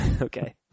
Okay